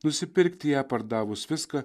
nusipirkti ją pardavus viską